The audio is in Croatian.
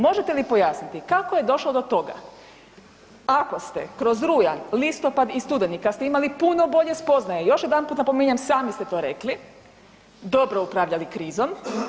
Možete li pojasniti kako je došlo do toga ako ste kroz rujan, listopad i studeni kada ste imali puno bolje spoznaje još jedanput napominjem sami ste to rekli, dobro upravljali krizom?